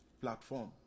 platform